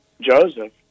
Joseph